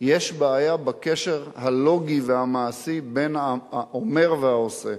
יש בעיה בקשר הלוגי והמעשי בין האומר והעושה.